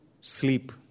sleep